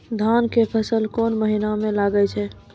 धान के फसल कोन महिना म लागे छै?